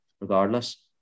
regardless